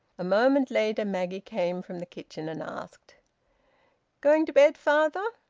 a moment later, maggie came from the kitchen and asked going to bed, father?